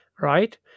right